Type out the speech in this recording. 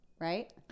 right